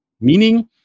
meaning